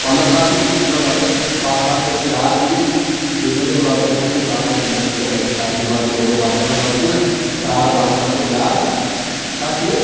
پَنٛداہ ساس نہٕ کیٚنٛہہ ژٕ کَر رۄپیَس بَہہ ساس تھٲیزِ ژٕ یاد میٛٲنۍ بیٚیہِ دِمَے ژےٚ بہٕ رۄپیَس پٲنٛژھ ہَتھ چاے تِم لَگہِ نَے ژےٚ وَتہِ خرچی وَرچی اورٕ بَتہٕ کھٮ۪نَس وَتہٕ کھٮ۪نَس ساڑ بَہہ ساس تھٲیزِ یاد چھا ٹھیٖک